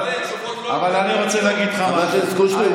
אבל אתה נותן תשובות לא